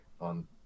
on